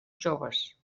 joves